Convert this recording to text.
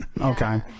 Okay